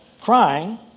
crying